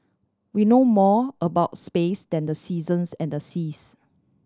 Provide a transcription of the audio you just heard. we know more about space than the seasons and the seas